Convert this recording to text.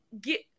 get